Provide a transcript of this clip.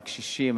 על קשישים,